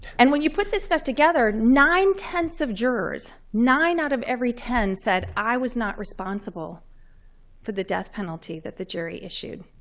and when you put this stuff together, nine ten of jurors, nine out of every ten, said i was not responsible for the death penalty that the jury issued.